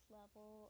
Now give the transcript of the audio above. level